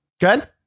good